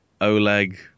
Oleg